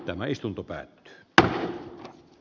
tämä istunto pään d e